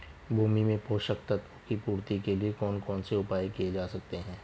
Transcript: भूमि में पोषक तत्वों की पूर्ति के लिए कौन कौन से उपाय किए जा सकते हैं?